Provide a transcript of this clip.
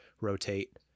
rotate